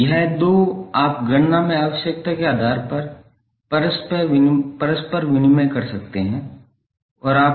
यह दो आप गणना में आवश्यकता के आधार पर परस्पर विनिमय कर सकते हैं और आप